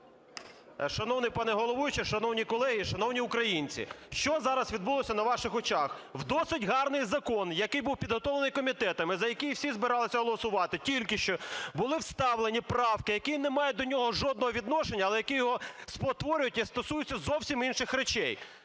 Шановний пане головуючий, шановні колеги, шановні українці! Що зараз відбулося на ваших очах? У досить гарний закон, який був підготовлений комітетом і за який всі збиралися голосувати, тільки що були вставлені правки, які не мають до нього жодного відношення, але які його спотворюють і стосуються зовсім інших речей.